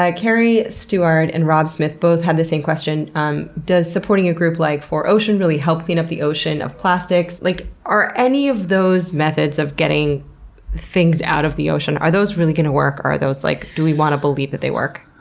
carrie stuard and rob smith both had the same question um does supporting a group like four ocean really help clean up the ocean of plastic? like are any of those methods of getting things out of the ocean, are those really going to work, or like do we want to believe that they work?